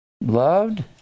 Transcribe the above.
loved